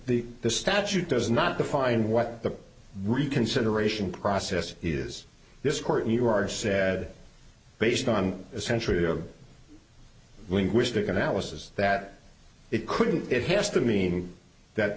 the this statute does not define what the reconsideration process is this court you are said based on a century of linguistic analysis that it couldn't it has the meaning that